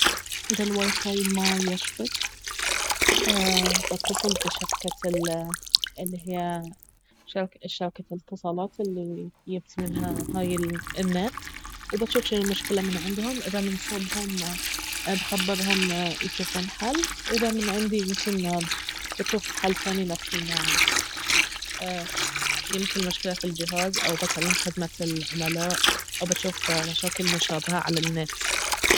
اذا الوايفاي ما يشبك بتصل بشركة ألي اهي شركة الاتصالات الي يبت منها هاي النت وبشوف شنو المشكلة من عندهم اذا من صوبهم بخبرهم يجوفون حل اذا من عندي يمكن بجوف حل ثاني نفس انه يمكن المشكلة في الجهاز او بكلم خدمة العملاء وبجوف مشاكل مشابهة على النت